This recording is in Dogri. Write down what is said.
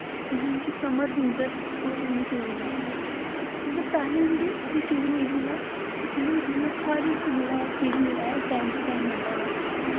जियां कि समर बिंटर और रेनी सिज़न ऐ मतलव पैह्लें जेह्ड़े एह् सीज़न होंदे हे न इंदे बिच्च हर इक जेह्ड़ा सीज़न जेह्ड़ा ऐ एह् टाईम टू टाईम आंदा हा